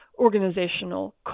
organizational